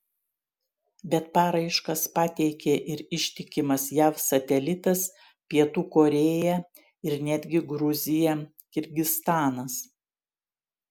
bet paraiškas pateikė ir ištikimas jav satelitas pietų korėja ir netgi gruzija kirgizstanas